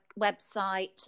website